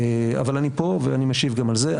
אבל אני פה ואני משיב גם על זה.